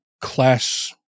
class